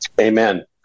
Amen